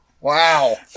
Wow